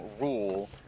rule